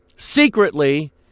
secretly